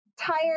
tired